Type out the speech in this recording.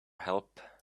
help